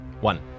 One